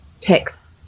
text